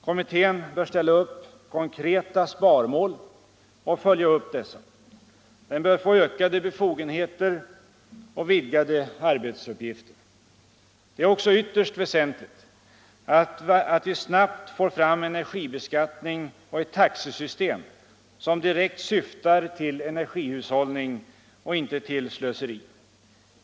Kommittén bör ställa upp konkreta sparmål och följa upp dessa. Den bör få ökade befogenheter och vidgade arbetsuppgifter. Det är också ytterst väsentligt att vi snabbt får fram energibeskattning och ett taxesystem som direkt syftar till energihushållning och inte till slöseri.